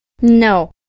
No